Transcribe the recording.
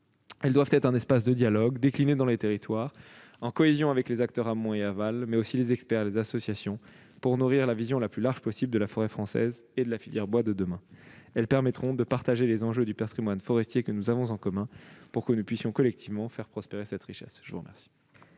Elles doivent être un espace de dialogue, décliné dans les territoires, en cohésion avec les acteurs amont et aval, mais aussi les experts et les associations, pour nourrir la vision la plus large possible de la forêt française et de la filière bois de demain. Elles permettront de partager les enjeux du patrimoine forestier que nous avons en commun, pour que nous puissions collectivement faire prospérer cette richesse. La parole